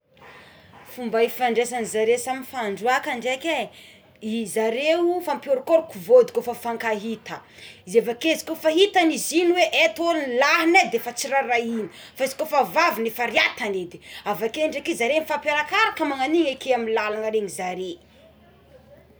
Fomba ifandrisa zaré samy fandroàka ndraiky e izareo fampiorokoroko vôdy kôfa mifakahita izy avakeo izy ko fa hitany izy igny e eto ny lahiné defa tsy rarahigny fa izy ko efa vavigny efa rihatany edy avakeo dray zareo mifampiarakaraka magnagno agnigny ekeo lalagna regny zaré.